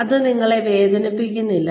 അത് നിങ്ങളെ വേദനിപ്പിക്കുന്നില്ല